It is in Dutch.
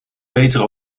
betere